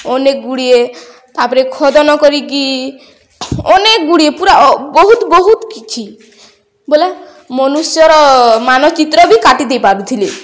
ଅନେକ ଗୁଡ଼ିଏ ତା'ପରେ ଖୋଦନ କରିକି ଅନେକ ଗୁଡ଼ିଏ ପୁରା ବହୁତ ବହୁତ କିଛି ବୋଲେ ମନୁଷ୍ୟର ମାନଚିତ୍ର ବି କାଟି ଦେଇପାରୁଥିଲେ